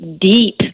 Deep